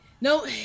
No